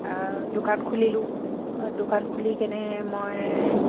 দোকান খুলিলোঁ দোকান খুলি কেনে মই